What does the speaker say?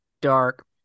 dark